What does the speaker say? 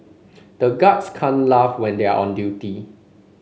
the guards can't laugh when they are on duty